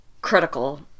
critical